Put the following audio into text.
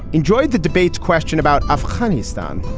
enjoyed the debates question about afghanistan,